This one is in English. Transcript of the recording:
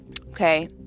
Okay